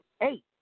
eight